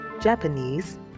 Japanese